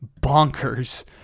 bonkers